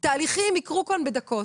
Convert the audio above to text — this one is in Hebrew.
תהליכים יקרו כאן בדקות.